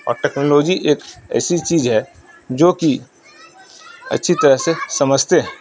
اور ٹیکنالوجی ایک ایسی چیز ہے جو کہ اچھی طرح سے سمجھتے ہے